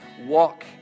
walk